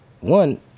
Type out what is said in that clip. one